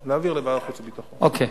אוקיי.